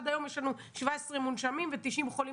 עד היום יש לנו 17 מונשמים ו-90 חולים